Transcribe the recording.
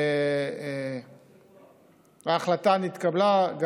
ההחלטה נתקבלה.